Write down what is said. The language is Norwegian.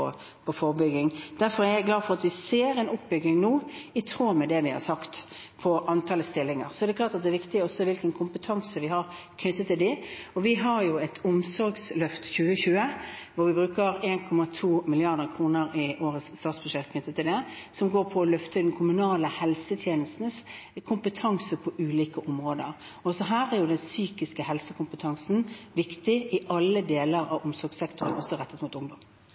forebygging. Derfor er jeg glad for at vi nå ser en oppbygging av antall stillinger – i tråd med det vi har sagt. Så er det klart at det også er viktig hvilken kompetanse vi har knyttet til dem. Vi har jo et omsorgsløft 2020, hvor vi bruker 1,2 mrd. kr i årets statsbudsjett for å løfte den kommunale helsetjenestens kompetanse på ulike områder. Også her er den psykiske helsekompetansen viktig i alle deler av omsorgssektoren som er rettet mot ungdom.